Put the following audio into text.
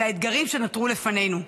אל האתגרים שנותרו לפנינו.